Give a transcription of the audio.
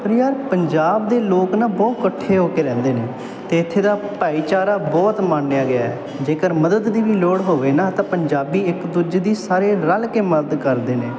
ਪਰ ਯਾਰ ਪੰਜਾਬ ਦੇ ਲੋਕ ਨਾ ਬਹੁਤ ਇਕੱਠੇ ਹੋ ਕੇ ਰਹਿੰਦੇ ਨੇ ਅਤੇ ਇੱਥੇ ਦਾ ਭਾਈਚਾਰਾ ਬਹੁਤ ਮੰਨਿਆ ਗਿਆ ਜੇਕਰ ਮਦਦ ਦੀ ਵੀ ਲੋੜ ਹੋਵੇ ਨਾ ਤਾਂ ਪੰਜਾਬੀ ਇੱਕ ਦੂਜੇ ਦੀ ਸਾਰੇ ਰਲ ਕੇ ਮਦਦ ਕਰਦੇ ਨੇ